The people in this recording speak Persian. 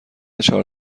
چهار